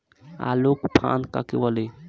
আলোক ফাঁদ কাকে বলে?